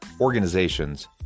organizations